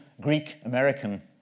Greek-American